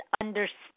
understand